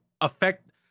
affect